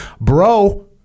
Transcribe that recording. bro